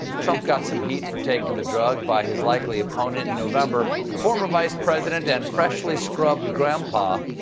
trump got some heat for taking the drug by his likely opponent in november, former vice president and freshly-scrubbed grandpa,